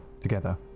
together